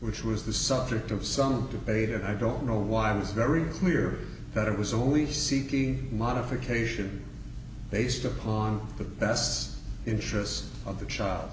which was the subject of some debate and i do you know what i was very clear that it was only seeking modification based upon the best interest of the child